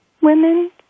women